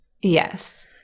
Yes